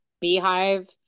beehive